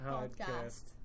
Podcast